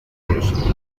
libros